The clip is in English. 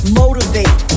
motivate